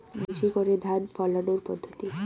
বেশি করে ধান ফলানোর পদ্ধতি?